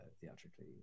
theatrically